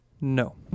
No